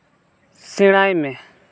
ᱥᱮᱬᱟᱭ ᱢᱮ